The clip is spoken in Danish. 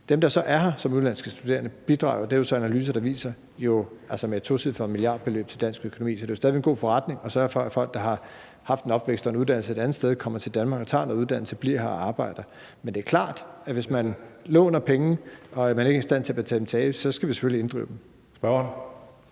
Dem, der så er her som udenlandske studerende, bidrager med et tocifret milliardbeløb til dansk økonomi – det er der analyser der viser – så det er jo stadig væk en god forretning at sørge for, at folk, der har haft en opvækst og taget en uddannelse et andet sted, kommer til Danmark, tager noget uddannelse og bliver her og arbejder. Men det er klart, at hvis man låner penge og man ikke er i stand til at betale dem tilbage, så skal vi selvfølgelig inddrive dem.